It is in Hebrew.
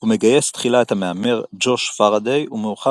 הוא מגייס תחילה את המהמר ג'וש פאראדיי ומאוחר